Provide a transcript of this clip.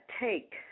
take